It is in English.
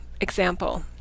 example